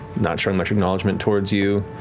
not showing much acknowledgement towards you.